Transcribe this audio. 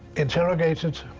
interrogated,